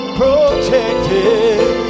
protected